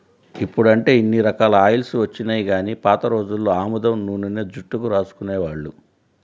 ఇప్పుడంటే ఇన్ని రకాల ఆయిల్స్ వచ్చినియ్యి గానీ పాత రోజుల్లో ఆముదం నూనెనే జుట్టుకు రాసుకునేవాళ్ళు